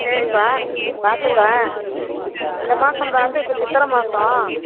சரிப்பா பார்த்துட்டேன் இந்த மாதம் பார்த்து இப்போ சித்திரை மாதம்